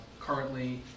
currently